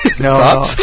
No